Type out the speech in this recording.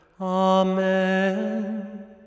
Amen